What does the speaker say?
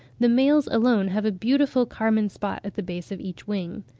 the males alone have a beautiful carmine spot at the base of each wing.